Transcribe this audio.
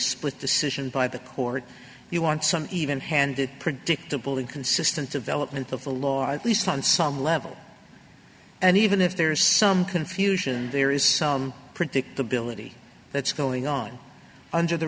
split decision by the court you want some even handed predictable and consistent development of the law at least on some level and even if there is some confusion there is some predictability that's going on under the